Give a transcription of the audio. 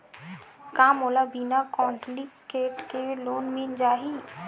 का मोला बिना कौंटलीकेट के लोन मिल जाही?